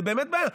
זה באמת בעיה.